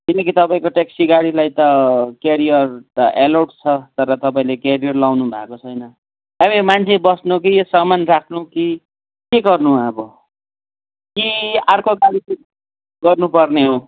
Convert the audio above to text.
किनकी तपाईँको ट्याक्सी गाडीलाई त केरियर त एलाउ छ तर तपाईँले केरियर लगाउनुभएको छैन अब यो मान्छे बस्नु कि सामान राख्नु कि के गर्नु अब कि अर्को गाडी सिफ्ट गर्नुपर्ने हो